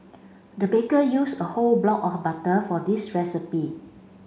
the baker use a whole block of butter for this recipe